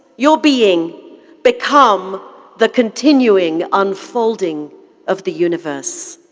your being become the continuing unfolding of the universe.